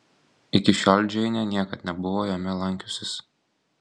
iki šiol džeinė niekad nebuvo jame lankiusis